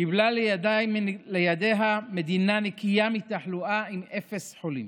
קיבלה לידיה מדינה נקייה מתחלואה עם אפס חולים,